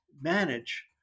manage